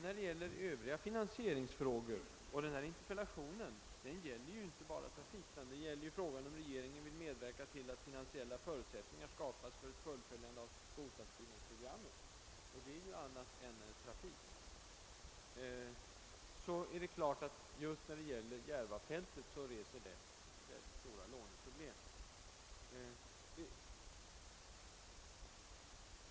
Vad beträffar övriga finansieringsfrågor — denna interpellation gäller ju inte bara trafik utan frågan om regeringen vill medverka till att finansiella förutsättningar skapas för fullföljande av bostadsbyggnadsprogrammet — är det ju också annat än trafik. Det är klart att just vad beträffar Järvafältet uppstår mycket stora låneproblem.